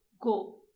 go